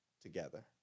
together